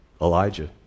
Elijah